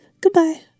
goodbye